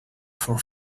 for